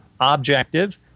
objective